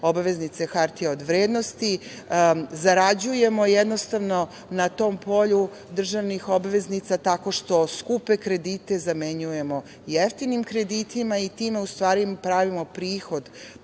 obveznice hartija od vrednosti, zarađujemo, jednostavno, na tom polju državnih obveznica tako što skupe kredite zamenjujemo jeftinim kreditima i time u stvari pravimo prihod